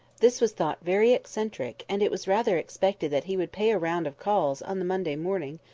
this was thought very eccentric and it was rather expected that he would pay a round of calls, on the monday morning,